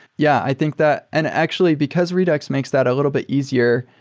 yeah, i think that and actually, because redux makes that a little bit easier,